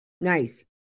Nice